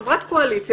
חברת קואליציה,